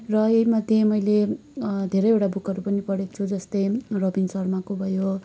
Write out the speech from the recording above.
र यी मध्ये मैले धेरैवटा बुकहरू पनि पढेको छु जस्तै रबिन शर्माको भयो